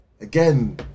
Again